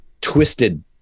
twisted